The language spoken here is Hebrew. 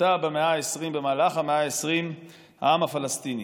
שכונתה במהלך המאה העשרים "העם הפלסטיני",